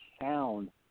sound